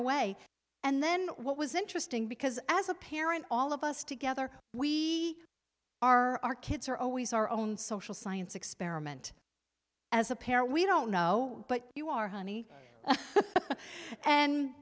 away and then what was interesting because as a parent all of us together we are our kids are always our own social science experiment as a pair we don't know but you are honey and